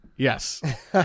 Yes